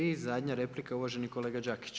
I zadnja replika uvaženi kolega Đakić.